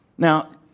Now